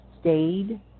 stayed